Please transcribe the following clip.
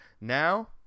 Now